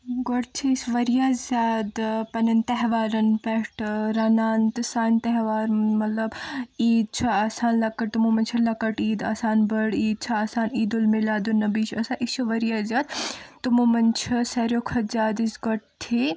گۄڈٕ چھِ أسۍ وارِیاہ زیادٕ پننٮ۪ن تیٚہوارن پٮ۪ٹھ رنان تہٕ سانہِ تیٚہوارَن مطلب عیٖد چھِ آسان لکٕٹ تِمو منٛز چھِ لکٕٹ عیٖد آسان بٔڑ عیٖد چھِ آسان عیٖدُل میٖلادُل نبی چھُ آسان أسۍ چھِ وارِیاہ زیادٕ تِمو منٛز چھِ أسۍ سارِویو کھۄتہٕ زیادٕ یُس گۄڈٕ